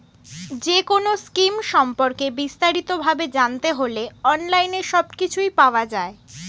যেকোনো স্কিম সম্পর্কে বিস্তারিত ভাবে জানতে হলে অনলাইনে সবকিছু পাওয়া যায়